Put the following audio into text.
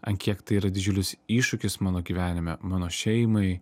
ant kiek tai yra didžiulis iššūkis mano gyvenime mano šeimai